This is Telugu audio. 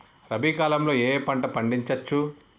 రబీ కాలంలో ఏ ఏ పంట పండించచ్చు?